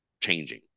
changing